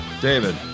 David